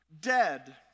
dead